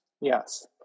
Yes